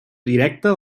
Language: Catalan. directa